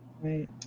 Right